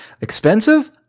Expensive